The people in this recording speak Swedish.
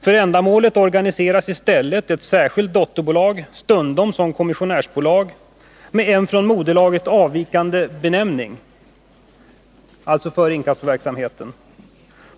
För ändamålet organiseras i stället ett särskilt dotterbolag — stundom som kommissionärsbolag — med en från moderbolaget avvikande benämning, för inkassoverksamheten.